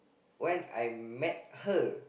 when I met her